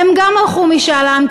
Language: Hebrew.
הן גם ערכו משאל עם,